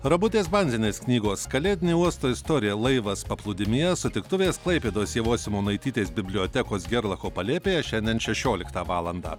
ramutės bandzienės knygos kalėdinė uosto istorija laivas paplūdimyje sutiktuvės klaipėdos ievos simonaitytės bibliotekos gerlacho palėpėje šiandien šešioliktą valandą